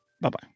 Bye-bye